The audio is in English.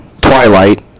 Twilight